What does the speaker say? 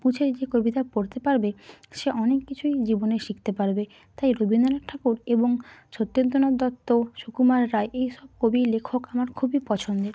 বুঝে যে কবিতা পড়তে পারবে সে অনেক কিছুই জীবনে শিখতে পারবে তাই রবীন্দ্রনাথ ঠাকুর এবং সত্যেন্দ্রনাথ দত্ত সুকুমার রায় এইসব কবি লেখক আমার খুবই পছন্দের